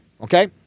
Okay